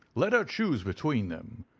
let her choose between them.